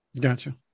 Gotcha